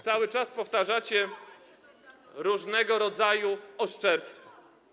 Cały czas powtarzacie różnego rodzaju oszczerstwa.